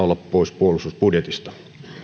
olla pois puolustusbudjetista